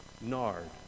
Nard